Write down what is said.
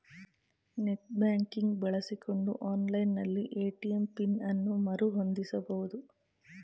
net banking ಬಳಸಿಕೊಂಡು online ನಲ್ಲಿ ATM PIN ಅನ್ನು ಮರು ಹೊಂದಿಸಬಹುದು